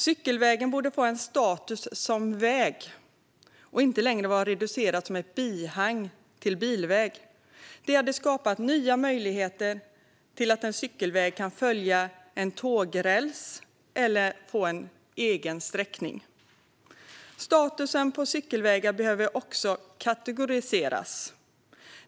Cykelvägen borde få en status som väg och inte längre vara reducerad till ett bihang till bilväg. Det hade skapat nya möjligheter för en cykelväg att följa en tågräls eller få en egen sträckning. Statusen på cykelvägar behöver också kategoriseras.